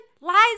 lies